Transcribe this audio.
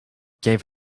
gave